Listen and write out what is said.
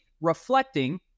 reflecting